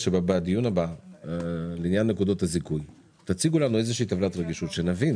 שבדיון הבא בעניין נקודות הזיכוי תציגו לנו טבלת רגישות על אילו